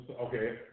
Okay